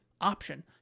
option